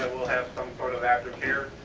some sort of aftercare.